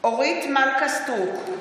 אורית מלכה סטרוק,